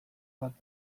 bat